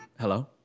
hello